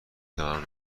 توانم